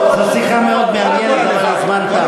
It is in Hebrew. זו שיחה מאוד מעניינת אבל הזמן תם,